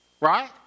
right